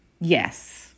yes